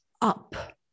up